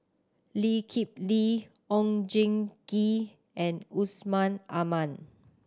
Lee Kip Lee Oon Jin Gee and Yusman Aman